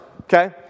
okay